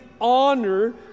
honor